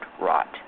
rot